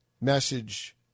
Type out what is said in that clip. message